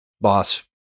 boss